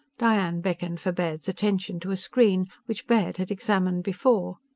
diane beckoned for baird's attention to a screen, which baird had examined before.